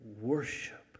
worship